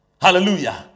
Hallelujah